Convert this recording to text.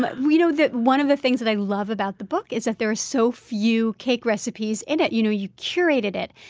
but you know one of the things that i love about the book is that there are so few cake recipes in it. you know you curated it.